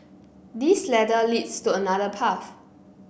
this ladder leads to another path